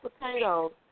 potatoes